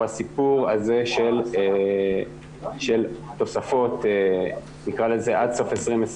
הוא הסיפור הזה של תוספות עד סוף 2021,